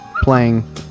playing